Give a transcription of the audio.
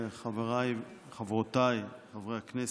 חבריי וחברותיי חברי הכנסת,